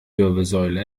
wirbelsäule